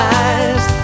eyes